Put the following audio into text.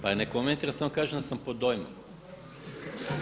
Pa ne komentiram, samo kažem da sam pod dojmom.